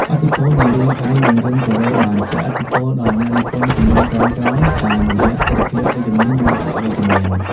ឥទ្ធិពលនៃរឿងថៃ និងរឿងកូរ៉េបានជះឥទ្ធិពលដល់អ្នកនិពន្ធជំនាន់ក្រោយៗតាមរយៈទិដ្ឋភាពវិជ្ជមាន និងអវិជ្ជមាន។